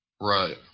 Right